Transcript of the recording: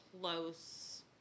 close